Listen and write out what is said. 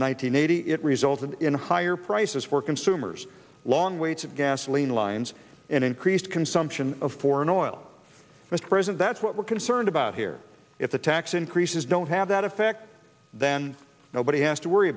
hundred eighty it resulted in higher prices for consumers long waits at gasoline lines and increased consumption of foreign oil mispresent that's what we're concerned about here if the tax increases don't have that effect then nobody has to worry